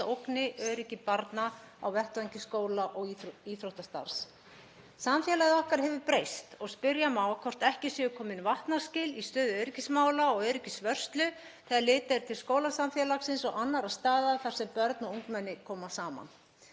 óttast að ógni öryggi barna á vettvangi skóla- og íþróttastarfs. Samfélagið okkar hefur breyst og spyrja má hvort ekki séu komin vatnaskil í stöðu öryggismála og öryggisvörslu þegar litið er til skólasamfélagsins og annarra staða þar sem börn og ungmenni koma saman.